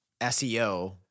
SEO